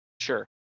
Sure